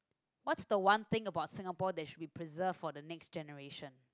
what's the one thing about Singapore that should be preserved for the next generation